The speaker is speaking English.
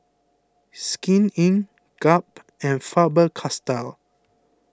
Skin Inc Gap and Faber Castell